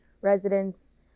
residents